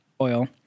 oil